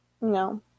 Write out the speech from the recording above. No